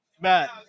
Matt